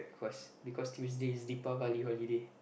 because because Tuesday is deepavali holiday